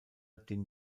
den